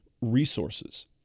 resources